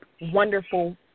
wonderful